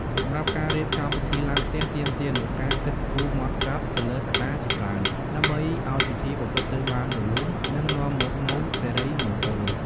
សម្រាប់ការរៀបចំពិធីឡើងផ្ទះទាមទារនូវការគិតគូរហ្មត់ចត់ទៅលើកត្តាជាច្រើន ដើម្បីឲ្យពិធីប្រព្រឹត្តទៅបានរលូន និងនាំមកនូវសិរីមង្គល។